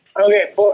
Okay